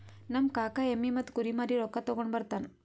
ನಮ್ ಕಾಕಾ ಎಮ್ಮಿ ಮತ್ತ ಕುರಿ ಮಾರಿ ರೊಕ್ಕಾ ತಗೊಂಡ್ ಬರ್ತಾನ್